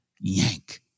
yank